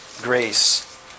grace